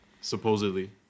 supposedly